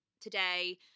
today